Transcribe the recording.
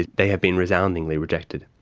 they have been resoundingly rejected.